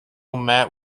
met